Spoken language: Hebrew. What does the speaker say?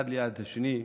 אחד ליד השני,